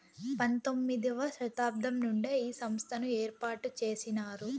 పంతొమ్మిది వ శతాబ్దం నుండే ఈ సంస్థను ఏర్పాటు చేసినారు